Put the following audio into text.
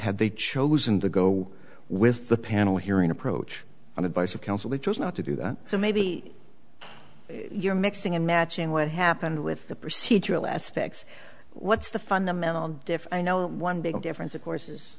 had they chosen to go with the panel hearing approach on advice of counsel they chose not to do that so maybe you're mixing and matching what happened with the procedural aspects what's the fundamental diff i know one big difference of course is